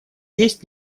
есть